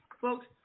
folks